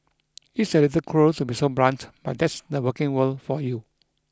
it's a little cruel to be so blunt but that's the working world for you